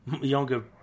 younger